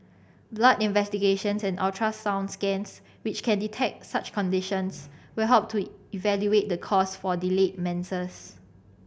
blood investigations and ultrasound scans which can detect such conditions will help to evaluate the cause for delayed menses